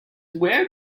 wear